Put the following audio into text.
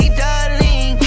darling